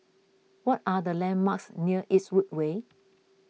what are the landmarks near Eastwood Way